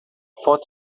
foto